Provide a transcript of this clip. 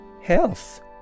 health